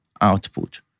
output